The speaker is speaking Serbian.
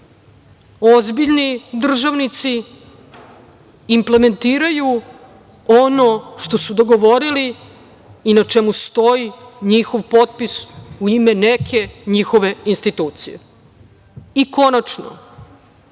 ozbiljni državnici implementiraju ono što su dogovorili i na čemu stoji njihov potpis u ime neke njihove institucije. Konačno,